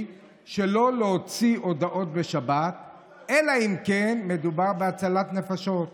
שלא להוציא הודעות בשבת אלא אם כן מדובר בהצלת נפשות.